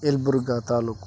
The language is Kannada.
ಎಲಬುರ್ಗ ತಾಲೂಕು